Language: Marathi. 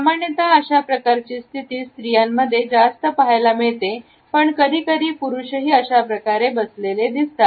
सामान्यतः अशा प्रकारची स्थिती स्त्रियांमध्ये जास्त पाहायला मिळते पण कधीकधी पुरुषही अशाप्रकारे बसलेले दिसतात